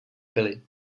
byli